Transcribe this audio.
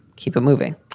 keep it moving.